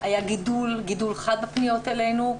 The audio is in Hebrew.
היה גידול חד בפניות אלינו,